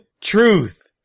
truth